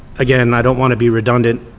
again, i don't want to be redundant.